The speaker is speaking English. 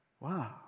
Wow